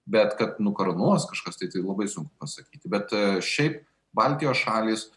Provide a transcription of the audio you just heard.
bet kad nukarūnuos kažkas tai tai labai sunku pasakyti bet šiaip baltijos šalys